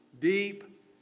deep